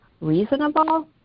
Reasonable